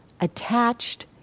attached